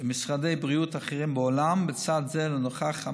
לא האריך את